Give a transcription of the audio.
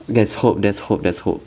there's hope there's hope there's hope